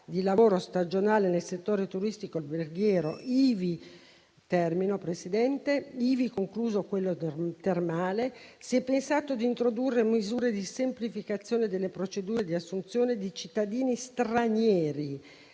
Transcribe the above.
di lavoro stagionale nel settore turistico alberghiero, ivi compreso quello termale, si è pensato di introdurre misure di semplificazione delle procedure di assunzione di cittadini stranieri